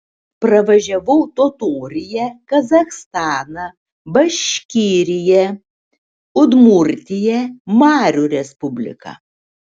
pravažiavau totoriją kazachstaną baškiriją udmurtiją marių respubliką